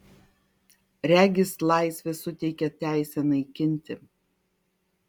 regis laisvė suteikia teisę naikinti